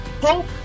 hope